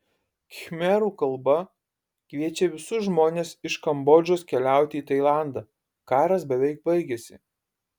khmerų kalba kviečia visus žmones iš kambodžos keliauti į tailandą karas beveik baigėsi